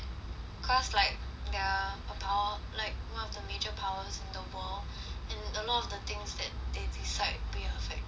cause like they're a power like one of the major powers in the world and a lot of the things that they decide we are affected too